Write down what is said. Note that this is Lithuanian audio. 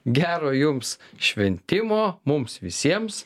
gero jums šventimo mums visiems